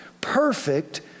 perfect